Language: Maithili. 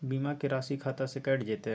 बीमा के राशि खाता से कैट जेतै?